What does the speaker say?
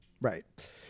Right